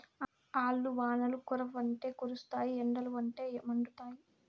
ఆల్లు వానలు కురవ్వంటే కురుస్తాయి ఎండలుండవంటే మండుతాయి